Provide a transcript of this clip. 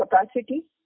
capacity